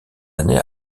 années